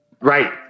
Right